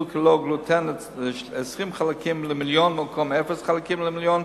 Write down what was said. "ללא גלוטן" ל-20 חלקים למיליון במקום אפס חלקים למיליון,